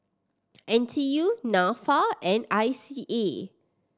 N T U Nafa and I C A